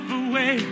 away